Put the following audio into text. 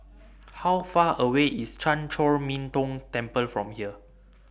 How Far away IS Chan Chor Min Tong Temple from here